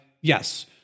Yes